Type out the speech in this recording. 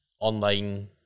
online